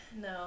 no